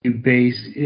base